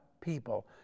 people